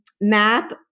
Map